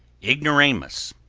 ignoramus,